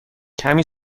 کمی